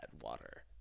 water